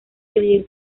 dividir